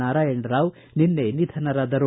ನಾರಾಯಣರಾವ್ ನಿನ್ನೆ ನಿಧನರಾದರು